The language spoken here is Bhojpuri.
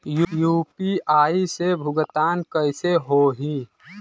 यू.पी.आई से भुगतान कइसे होहीं?